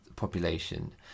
Population